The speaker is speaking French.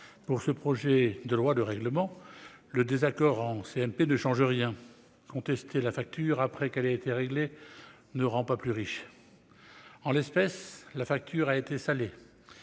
de ce projet de loi de règlement, le désaccord en CMP ne change rien : contester la facture après qu'elle a été réglée ne rend pas plus riche. En l'espèce, la facture a été salée.